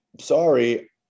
sorry